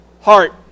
heart